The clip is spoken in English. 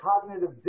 cognitive